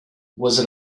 was